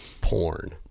Porn